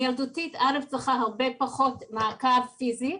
המיילדותית צריכה הרבה פחות מעקב פיזי,